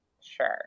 sure